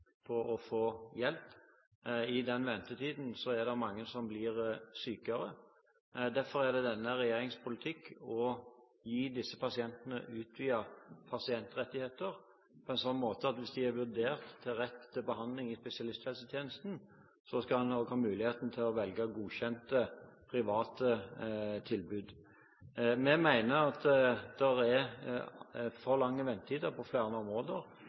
på å få hjelp. I den ventetiden er det mange som blir sykere. Derfor er det denne regjeringens politikk å gi disse pasientene utvidede pasientrettigheter på en sånn måte at hvis de er vurdert til rett til behandling i spesialisthelsetjenesten, skal de også ha muligheten til å velge godkjente private tilbud. Vi mener at det er for lange ventetider på flere områder,